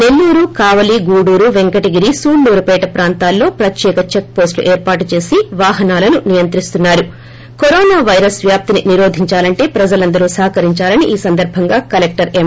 సెల్లూరు కావలి గూడూరు పెంకటగిరి సూళ్లూరుపేట ప్రాంతాల్లో ప్రత్యేక చెక్ పోస్టులు ఏర్పాటు చేసి వాహనాలను నియంత్రిస్తున్నారు కరోనా పైరస్ వ్యాప్తిని నిరోధిందాలంటే ప్రజలందరూ సహకరించాలని ఈ సందర్బంగా కలెక్టర్ ఎం